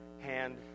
hand